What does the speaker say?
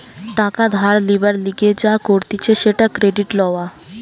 টাকা ধার লিবার লিগে যা করতিছে সেটা ক্রেডিট লওয়া